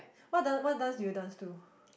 what dance what dance do you dance to